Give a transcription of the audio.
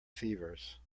fevers